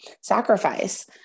sacrifice